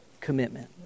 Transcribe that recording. commitment